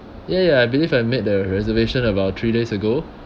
ya ya I believe I made the reservation about three days ago